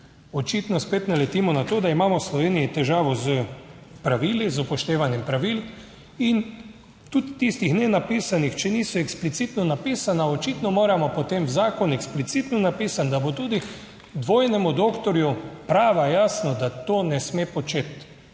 očitno spet naletimo na to, da imamo v Sloveniji težavo s pravili, z upoštevanjem pravil in tudi tistih nenapisanih, če niso eksplicitno napisana. Očitno moramo potem v zakonu eksplicitno napisano, da bo tudi dvojnemu doktorju prava jasno, da to ne sme početi.